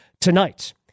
tonight